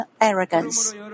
arrogance